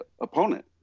opponent